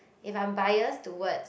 if I'm bias towards